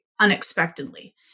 unexpectedly